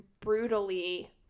brutally